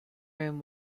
room